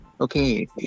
Okay